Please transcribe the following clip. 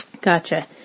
gotcha